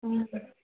అవునా సార్